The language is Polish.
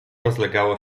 rozlegało